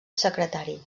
secretari